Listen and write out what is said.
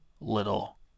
little